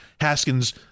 haskins